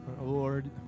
Lord